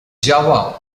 java